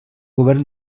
govern